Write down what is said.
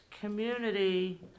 community